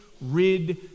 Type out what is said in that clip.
rid